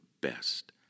best